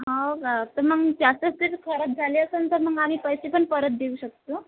हो का तर मॅम जास्त असतील खराब झाले असेल तर मग आम्ही पैसे पण परत देऊ शकतो